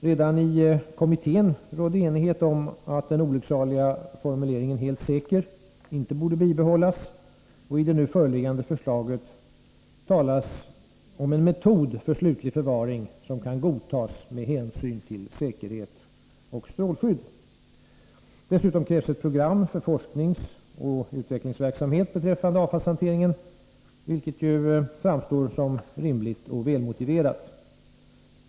Redan i kommittén rådde enighet om att den olycksaliga formuleringen ”helt säker” inte borde bibehållas, och i det nu föreliggande förslaget talas om en metod för slutlig förvaring som kan godtas med hänsyn till säkerhet och strålskydd. Dessutom krävs ett program för forskningsoch utvecklingsverksamhet beträffande avfallshanteringen, vilket framstår som rimligt och välmotiverat.